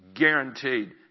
Guaranteed